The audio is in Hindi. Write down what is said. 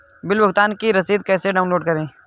बिल भुगतान की रसीद कैसे डाउनलोड करें?